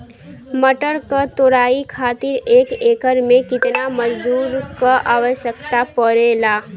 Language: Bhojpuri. मटर क तोड़ाई खातीर एक एकड़ में कितना मजदूर क आवश्यकता पड़ेला?